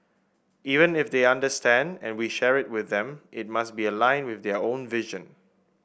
even if they understand and we share with them it must be aligned with their own vision